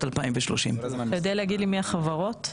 2030. אתה יודע להגיד לי מי החברות?